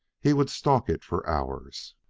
he would stalk it for hours.